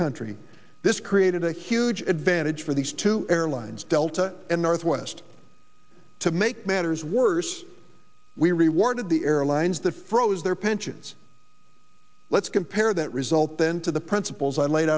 country this created a huge advantage for these two airlines delta and northwest to make matters worse we rewarded the airlines that froze their pensions let's compare that result then to the principles i laid